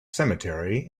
cemetery